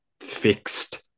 fixed